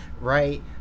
right